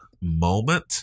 moment